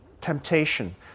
temptation